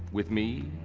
with me,